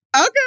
Okay